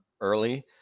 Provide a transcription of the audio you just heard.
early